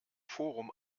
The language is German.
forum